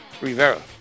Rivera